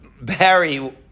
Barry